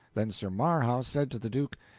then sir marhaus said to the duke,